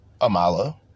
Amala